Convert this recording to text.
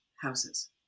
houses